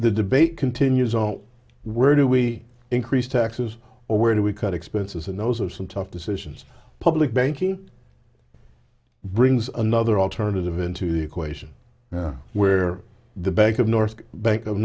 the debate continues on where do we increase taxes or where do we cut expenses and those are some tough decisions public banking brings another alternative into the equation where the bank of north bank of